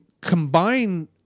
combine